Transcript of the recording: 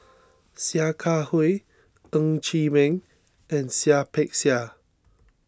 Sia Kah Hui Ng Chee Meng and Seah Peck Seah